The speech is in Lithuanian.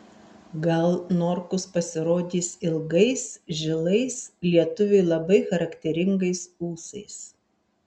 gal norkus pasirodys ilgais žilais lietuviui labai charakteringais ūsais